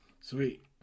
Sweet